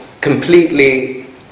completely